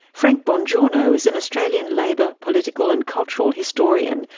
frank bongiorno is an australian labour, political and cultural historian,